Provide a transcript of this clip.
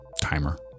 timer